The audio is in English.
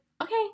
okay